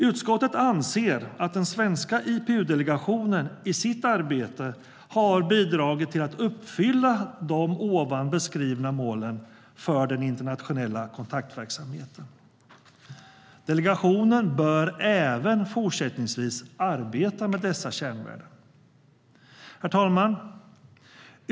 Utskottet anser att den svenska IPU-delegationen i sitt arbete har bidragit till att uppfylla de ovan beskrivna målen för den internationella kontaktverksamheten. Delegationen bör även fortsättningsvis arbeta med dessa kärnvärden. Herr talman!